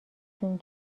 جون